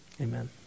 Amen